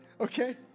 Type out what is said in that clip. Okay